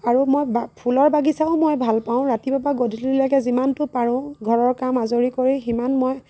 আৰু মই বা ফুলৰ বাগিচাও মই ভাল পাওঁ ৰাতিপুৱাৰ পৰা গধূলিলৈকে যিমানটো পাৰোঁ ঘৰৰ কাম আজৰি কৰি সিমান মই